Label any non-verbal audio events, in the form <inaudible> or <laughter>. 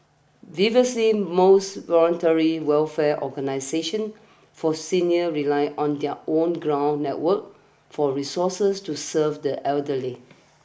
<unintelligible> most voluntary welfare organisations for seniors relied on their own ground networks for resources to serve the elderly